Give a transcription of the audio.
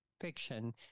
Fiction